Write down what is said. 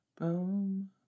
boom